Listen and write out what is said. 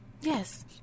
Yes